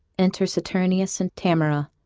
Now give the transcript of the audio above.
enter saturninus and tamora,